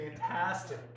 fantastic